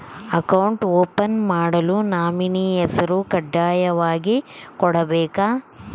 Account open ಮಾಡಲು nominee ಹೆಸರು ಕಡ್ಡಾಯವಾಗಿ ಕೊಡಬೇಕಾ?